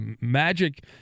Magic